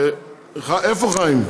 איפה חיים?